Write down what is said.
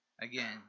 again